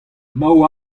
nav